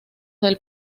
del